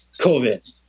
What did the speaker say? COVID